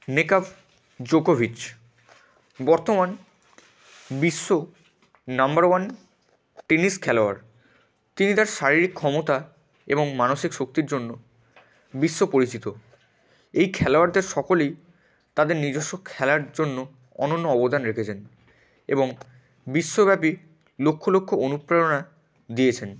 Novak জোকোভিচ বর্তমান বিশ্ব নাম্বার ওয়ান টেনিস খেলোয়াড় তিনি তার শারীরিক ক্ষমতা এবং মানসিক শক্তির জন্য বিশ্ব পরিচিত এই খেলোয়াড়দের সকলেই তাদের নিজস্ব খেলার জন্য অনন্য অবদান রেখেছেন এবং বিশ্বব্যাপী লক্ষ লক্ষ অনুপ্রেরণা দিয়েছেন